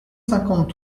cinquante